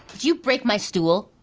you break my stool?